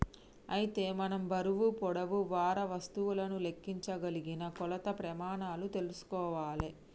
అయితే మనం బరువు పొడవు వారా వస్తువులను లెక్కించగలిగిన కొలత ప్రెమానాలు తెల్సుకోవాలే